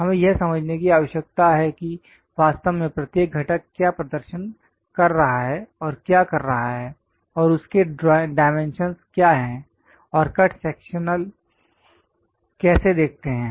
हमें यह समझने की आवश्यकता है कि वास्तव में प्रत्येक घटक क्या प्रदर्शन कर रहा है और क्या कर रहा है और उस के डाइमेंशंस क्या हैं और कट सेक्शनल कैसे देखते हैं